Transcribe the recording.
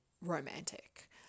romantic